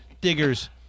Diggers